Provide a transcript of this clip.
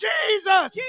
Jesus